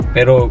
Pero